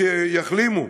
שיחלימו.